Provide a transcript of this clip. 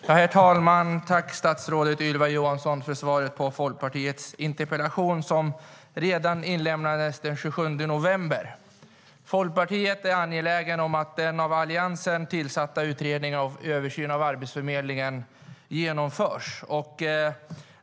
Herr talman! Tack, statsrådet Ylva Johansson för svaret på interpellationen, som inlämnades redan den 27 november. Folkpartiet är angeläget om att den av Alliansen tillsatta utredningen om översyn av Arbetsförmedlingen genomförs.